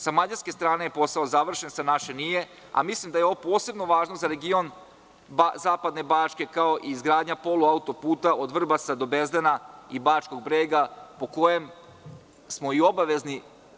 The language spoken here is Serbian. Sa Mađarske strane posao je završen, sa naše nije, a mislim da je ovo posebno važno za region zapadne Bačke, kao i izgradnja polu autoputa od Vrbasa do Bezdana i Bačkog Brega po kojem smo obavezni.